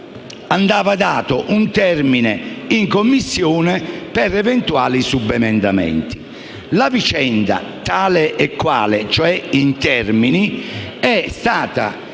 andava dato un termine in Commissione per eventuali subemendamenti. La vicenda, tale e quale, è stata